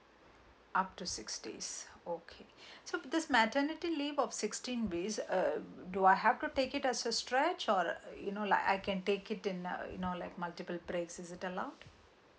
up to six days okay so because my maternity leave of sixty days uh do I have to take it as a stretch or you know like I can take it in you know like multiple breaks is it allowed